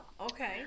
Okay